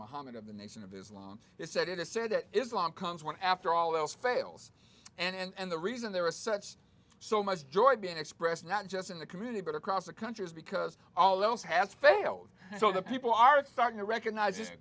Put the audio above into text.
muhammad of the nation of islam they said it is said that islam comes one after all else fails and the reason there are such so much joy being expressed not just in the community but across the country is because all else has failed so the people are starting to recognize